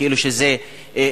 כאילו זה טרור,